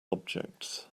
objects